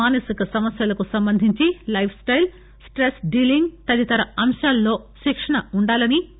మానసిక సమస్యలకు సంబంధించి లైఫ్ స్టెల్ స్టెస్ డీలింగ్ తదితర అంశాలన్ని శిక్షణలో ఉండాలని సి